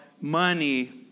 money